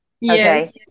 Yes